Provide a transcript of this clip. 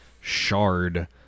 shard